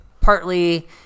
Partly